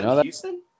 Houston